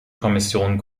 kommission